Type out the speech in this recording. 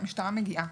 והמשטרה מגיעה.